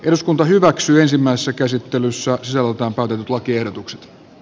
eduskunta hyväksyi ensimmäisessä käsittelyssä se on tapahtunut lakiehdotuksen